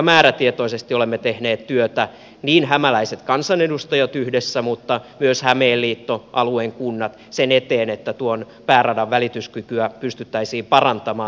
määrätietoisesti olemme tehneet työtä niin hämäläiset kansanedustajat yhdessä kuin myös hämeen liitto alueen kunnat sen eteen että tuon pääradan välityskykyä pystyttäisiin parantamaan